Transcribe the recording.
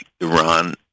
Iran